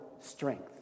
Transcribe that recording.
strength